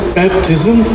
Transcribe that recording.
baptism